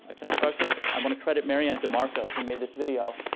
ah can i start this? i want to credit maryann demarco who made this video.